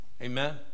Amen